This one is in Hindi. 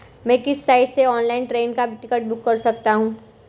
मैं किस साइट से ऑनलाइन ट्रेन का टिकट बुक कर सकता हूँ?